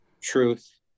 truth